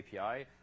API